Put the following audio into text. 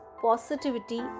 positivity